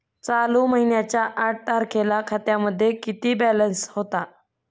चालू महिन्याच्या आठ तारखेला खात्यामध्ये किती बॅलन्स होता?